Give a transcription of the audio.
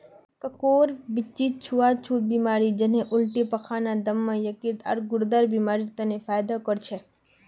कोकोर बीच्ची छुआ छुत बीमारी जन्हे उल्टी पैखाना, दम्मा, यकृत, आर गुर्देर बीमारिड तने फयदा कर छे